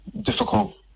difficult